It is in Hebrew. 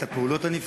את הפעולות הנפלאות,